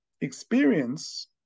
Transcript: experience